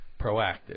proactive